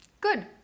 Good